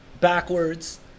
backwards